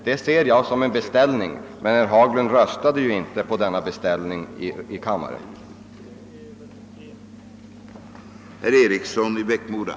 Det ser jag som en beställning, men herr Haglund röstade inte för detta förslag och inte heller för att Vindelälven skulle utbyggas.